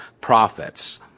prophets